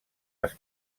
les